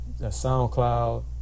SoundCloud